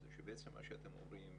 שבעצם מה שאתם אומרים,